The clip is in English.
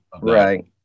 right